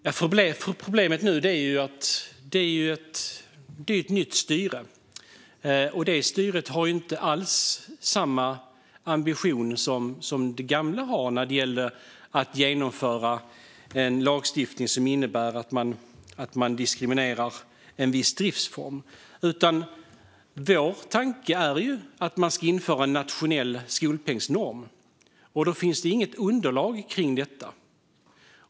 Fru talman! Problemet nu är att det är ett nytt styre, och detta styre har inte alls samma ambition som det gamla hade när det gäller att genomföra en lagstiftning som innebär att man diskriminerar en viss driftsform. Vår tanke är att man ska införa en nationell skolpengsnorm. Då finns det inget underlag kring detta.